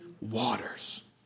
waters